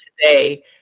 today